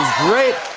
great.